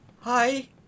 Hi